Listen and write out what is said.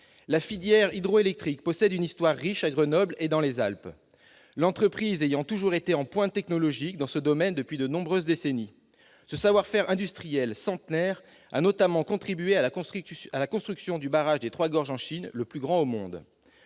La filière hydroélectrique possède une histoire riche à Grenoble et dans les Alpes. L'entreprise a toujours été en pointe dans ce domaine, et ce depuis de nombreuses décennies. Ce savoir-faire industriel centenaire a notamment contribué à la construction du barrage des Trois Gorges en Chine, le plus grand au monde.